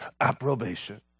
approbation